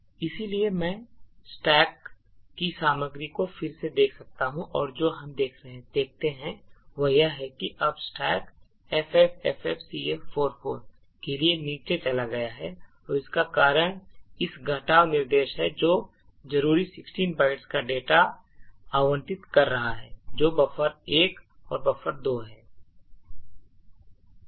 इसलिए मैं स्टैक सामग्री को फिर से देख सकता हूं और जो हम देखते हैं वह यह है कि अब स्टैक ffffcf44 के लिए नीचे चला गया है और इसका कारण इस घटाव निर्देश है जो जरूरी 16 bytes का डेटा आवंटित कर रहा है जो buffer1 और buffer2 है